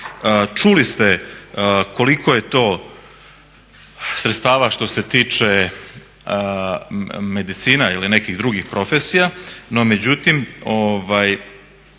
Čuli ste koliko je to sredstava što se tiče medicina ili nekih drugih profesija, no međutim ja